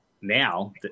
now